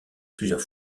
plusieurs